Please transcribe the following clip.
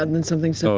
um then something's so